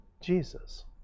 Jesus